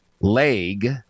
leg